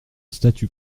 statu